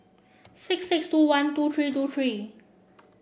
six six two one two three two three